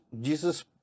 Jesus